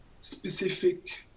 specific